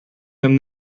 them